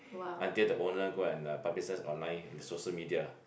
until the owner go and uh publicise online in the social media